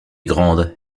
grande